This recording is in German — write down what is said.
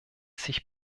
sich